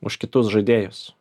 už kitus žaidėjus